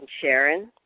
Sharon